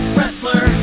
Wrestler